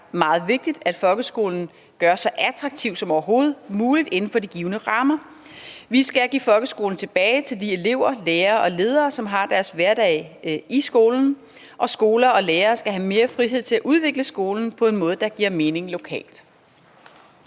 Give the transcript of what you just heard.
det er meget vigtigt, at folkeskolen gør sig så attraktiv som overhovedet muligt inden for de givne rammer. Vi skal give folkeskolen tilbage til de elever, lærere og ledere, som har deres hverdag i skolen, og skoler og lærere skal have mere frihed til at udvikle skolen på en måde, der giver mening lokalt.